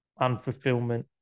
unfulfillment